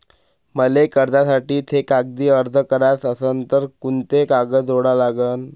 मले कर्जासाठी थे कागदी अर्ज कराचा असन तर कुंते कागद जोडा लागन?